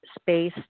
space